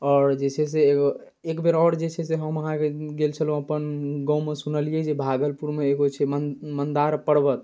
आओर जे छै से एगो एकबेर आओर जे छै से हम अहाँके गेल छलहुँ अपन गाममे सुनलिए जे भागलपुरमे एगो छै मन मन्दार पर्वत